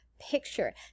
picture